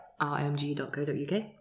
rmg.co.uk